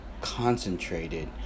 concentrated